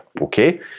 okay